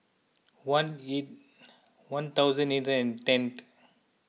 one eight one thousand eight and tenth